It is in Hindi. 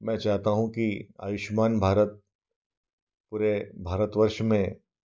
मैं चाहता हूँ कि आयुष्मान भारत पूरे भारतवर्ष में